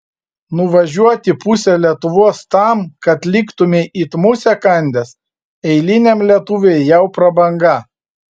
nuvažiuoti pusę lietuvos tam kad liktumei it musę kandęs eiliniam lietuviui jau prabanga